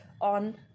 on